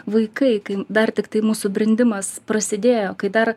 vaikai kai dar tiktai mūsų brendimas prasidėjo kai dar